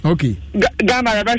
Okay